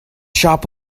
shop